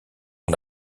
sur